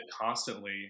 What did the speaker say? constantly